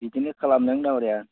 बिदिनो खालाम नों दाङ'रिया